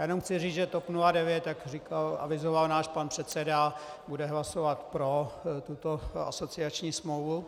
Já jenom chci říct, že TOP 09, jak avizoval náš pan předseda, bude hlasovat pro tuto asociační smlouvu.